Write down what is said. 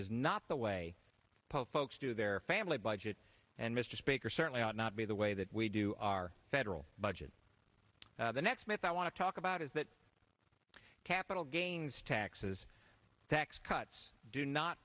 is not the way poll folks do their family budget and mr speaker certainly ought not be the way that we do our federal budget the next myth i want to talk about is that capital gains taxes tax cuts do not